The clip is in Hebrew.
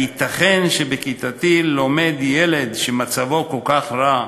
"הייתכן שבכיתתי לומד ילד שמצבו כל כך רע,